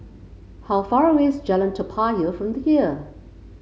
how far away is Jalan Toa Payoh from here